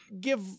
give